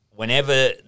Whenever